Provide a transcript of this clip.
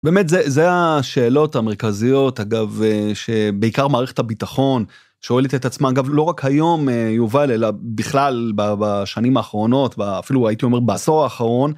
באמת זה השאלות המרכזיות אגב שבעיקר מערכת הביטחון שואלת את עצמה אגב לא רק היום יובל אלא בכלל בשנים האחרונות ואפילו הייתי אומר בעשור האחרון.